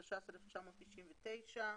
התש"ס-1999.